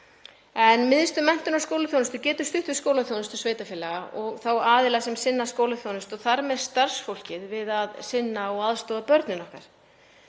Miðstöð menntunar og skólaþjónustu getur stutt við skólaþjónustu sveitarfélaga og þá aðila sem sinna skólaþjónustu og þar með starfsfólkið við að sinna og aðstoða börnin okkar